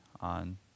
on